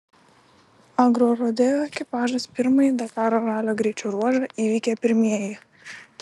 agrorodeo ekipažas pirmąjį dakaro ralio greičio ruožą įveikė pirmieji